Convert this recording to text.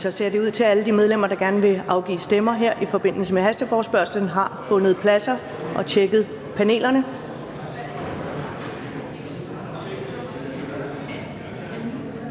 Det ser ud til, at alle de medlemmer, der gerne vil afgive stemme i forbindelse med hasteforespørgslen, har fundet pladser og tjekket panelerne.